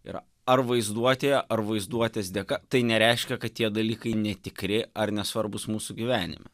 yra ar vaizduotėje ar vaizduotės dėka tai nereiškia kad tie dalykai netikri ar nesvarbūs mūsų gyvenime